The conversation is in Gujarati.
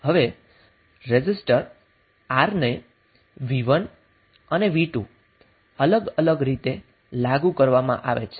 હવે રેઝિસ્ટર R ને V1 અને V2 અલગ અલગ રીતે લાગુ કરવામાં આવે છે